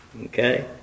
Okay